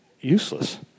useless